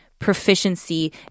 proficiency